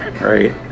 Right